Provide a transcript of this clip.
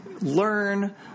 learn